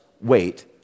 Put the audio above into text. wait